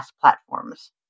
platforms